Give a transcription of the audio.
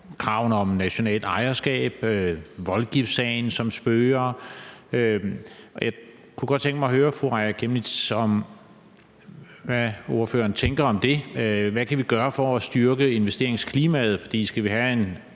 kravet om nationalt ejerskab og voldgiftssagen, som spøger. Jeg kunne godt tænke mig at høre fru Aaja Chemnitz, hvad ordføreren tænker om det. Hvad kan vi gøre for at styrke investeringsklimaet? For skal vi have en